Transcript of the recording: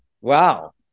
Wow